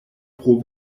pro